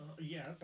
Yes